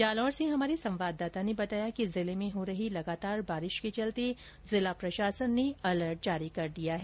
जालौर से हमारे संवाददाता ने बताया कि जिले में हो रही लगातार बारिश के चलते जिला प्रशासन ने अलर्ट जारी कर दिया है